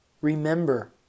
Remember